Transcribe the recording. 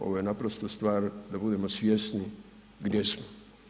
Ovo je naprosto stvar da budemo svjesni gdje smo.